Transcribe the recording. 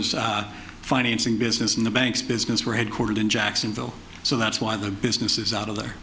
financing business and the banks business were headquartered in jacksonville so that's why the business is out of there